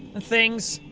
things.